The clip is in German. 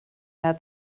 hat